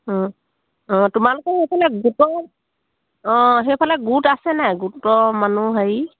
অঁ অঁ তোমালোকৰ সেইফালে গোটৰ অঁ সেইফালে গোট আছে নাই গোটৰ মানুহ হেৰি